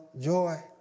joy